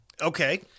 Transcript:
okay